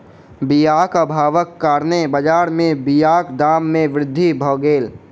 बीयाक अभावक कारणेँ बजार में बीयाक दाम में वृद्धि भअ गेल